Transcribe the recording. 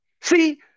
See